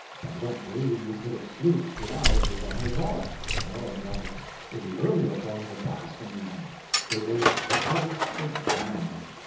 but i don't believe you could have sluiced it out with a hydraulic nor got it with the earlier forms of blasting, even it was a case for dynamite.